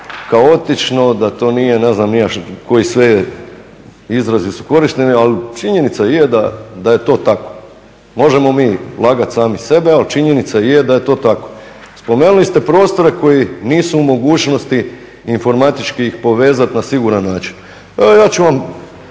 da to nije, ne znam ni ja koji sve izrazi su korišteni, ali činjenica je da je to tako. Možemo mi lagat sami sebe, ali činjenica je da je to tako. Spomenuli ste prostore koji nisu u mogućnosti informatičkih ih povezati na siguran način. Evo ja ću vam